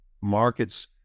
markets